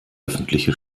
öffentliche